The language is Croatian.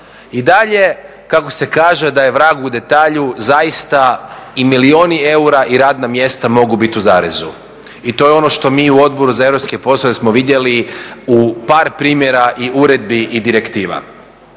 I dalje kako se kaže da je vrag u detalju zaista i milioni eura i radna mjesta mogu biti u zarezu. I to je ono što mi u Odboru za europske poslove smo vidjeli u par primjera i uredbi i direktiva.